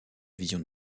vision